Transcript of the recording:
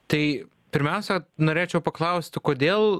tai pirmiausia norėčiau paklausti kodėl